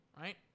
right